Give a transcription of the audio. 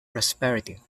prosperity